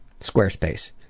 Squarespace